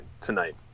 tonight